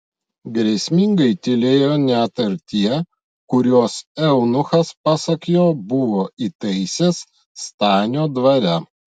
grėsmingai tylėjo net ir tie kuriuos eunuchas pasak jo buvo įtaisęs stanio dvare